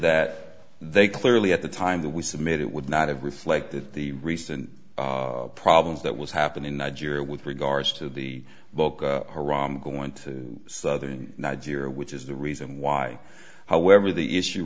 that they clearly at the time that we submit it would not have reflected the recent problems that was happening in nigeria with regards to the book going to southern nigeria which is the reason why however the issue